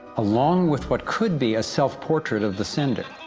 along with what could be a self-portrait of the sender.